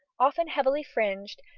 often heavily fringed,